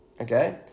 Okay